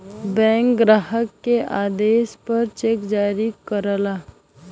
bank ग्राहक के आदेश पर चेक जारी करला